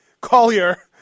Collier